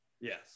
Yes